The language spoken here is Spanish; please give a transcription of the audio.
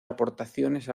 aportaciones